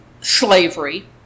slavery